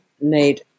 need